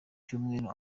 cyumweru